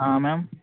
ma'am